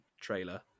trailer